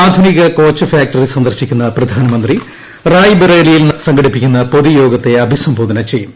ആധുനിക coach factory സന്ദർശിക്കുന്ന പ്രധാനമന്ത്രി റായ്ബറേലിയിൽ സംഘടിപ്പിക്കുന്ന പൊതുയോഗത്തെ അഭിസംബോധന ചെയ്യും